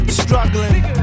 struggling